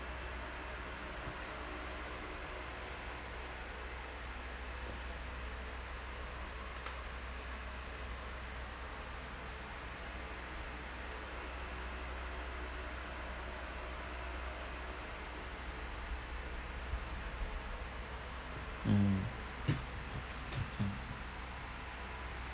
mm mm